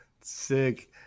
Sick